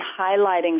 highlighting